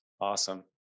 Awesome